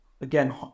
again